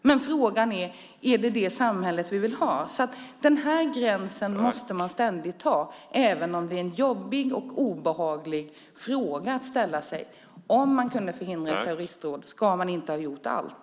Men frågan är: Är det ett samhälle vi vill ha? Den gränsen måste man ständigt dra, även om det är en jobbig och obehaglig fråga att ställa sig. Om man kan förhindra ett terroristdåd - ska man då göra allt?